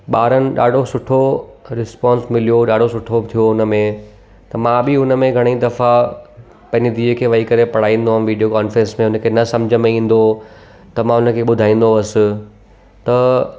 ॿारनि ॾाढो सुठो रिस्पॉन्स मिलियो ॾाढो सुठो थियो उन में त मां बि उन में घणेई दफ़ा पंहिंजी धीअ खे वेही करे पढ़ाईंदो हुयमि विडियो कॉनफेरेंस में उन खे न सम्झ में ईंदो हो त मां उन खे ॿुधाईंदो हुअसि त